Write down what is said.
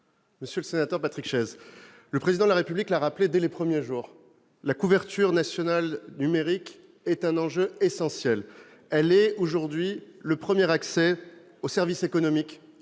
Monsieur le sénateur Patrick Chaize, le Président de la République l'a rappelé dès les premiers jours de son mandat, la couverture nationale numérique est un enjeu essentiel. Elle est aujourd'hui le premier accès aux services économiques,